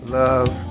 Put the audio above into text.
love